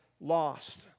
lost